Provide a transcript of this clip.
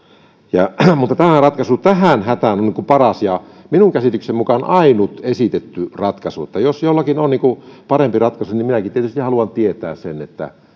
mutta tämä ratkaisu tähän hätään on paras ja minun käsitykseni mukaan ainut esitetty ratkaisu jos jollakin on parempi ratkaisu niin minäkin tietysti haluan tietää sen